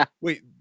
Wait